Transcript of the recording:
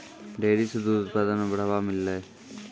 dairy सें दूध उत्पादन म बढ़ावा मिललय